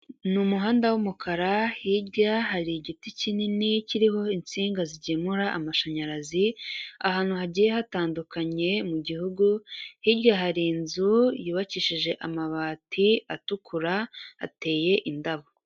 Ni umuhanda w'umukara hirya hari igiti kinini kiriho itsinga zigemura amashanyarazi, ahantu hagiye hatandukanye mu Gihugu, hirya hari inzu yubakishije amabati atukura hateye indabo.